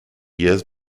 years